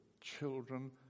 children